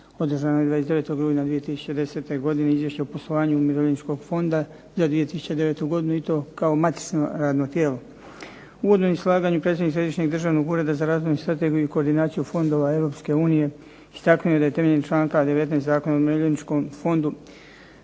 održanoj 29. rujna 2010. godine izvješće o poslovanju umirovljeničkog fonda za 2009. godinu, i to kao matično radno tijelo. U uvodnom izlaganju predstavnik Središnjeg državnog ureda za razvojnu strategiju i koordinaciju fondova Europske unije istaknuo je da je temeljem članka 19. Zakona o umirovljeničkom fondu